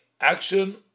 action